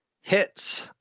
hits